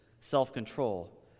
self-control